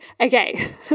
Okay